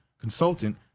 consultant